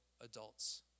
adults